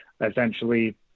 essentially